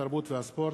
התרבות והספורט,